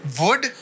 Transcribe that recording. wood